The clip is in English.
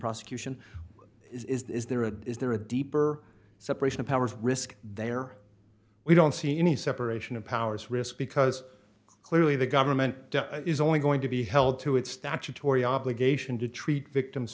prosecution is there a is there a deeper separation of powers risk they are we don't see any separation of powers risk because clearly the government is only going to be held to its statutory obligation to treat victims